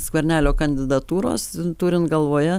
skvernelio kandidatūros turint galvoje